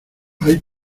hay